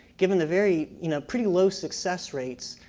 given the very you know pretty low success rates,